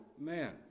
man